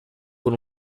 por